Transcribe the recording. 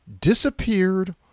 disappeared